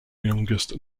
youngest